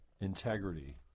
integrity